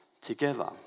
together